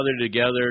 together